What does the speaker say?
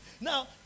Now